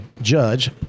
judge